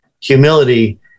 humility